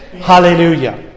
Hallelujah